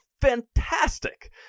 fantastic